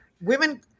women